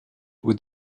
with